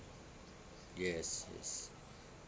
yes yes